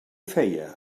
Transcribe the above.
feia